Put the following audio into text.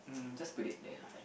just put it there lah